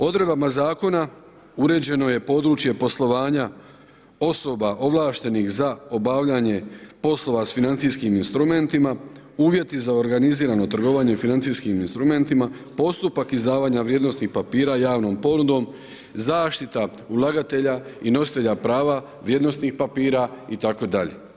Odredbama zakona uređeno je područje poslovanja osoba ovlaštenih za obavljanje poslova s financijskim instrumentima uvjeti za organizirano trgovanje financijskim instrumentima postupak izdavanja vrijednosnih papira javnom ponudom zaštita ulagatelja i nositelja prava vrijednosnih papira itd.